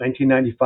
1995